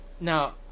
Now